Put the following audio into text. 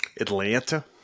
Atlanta